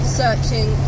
searching